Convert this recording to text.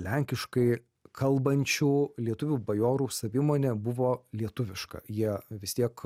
lenkiškai kalbančių lietuvių bajorų savimonė buvo lietuviška jie vis tiek